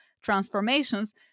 transformations